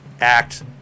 act